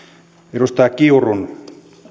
edustaja kiurun